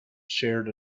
shared